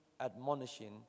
admonishing